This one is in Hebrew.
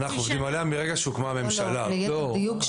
מרגע שהוקמה הממשלה --- ליתר דיוק,